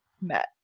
met